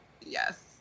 Yes